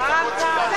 רע"ם-תע"ל.